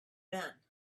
been